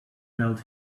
felt